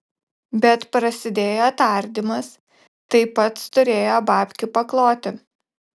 bet prasidėjo tardymas tai pats turėjo babkių pakloti